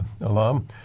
alum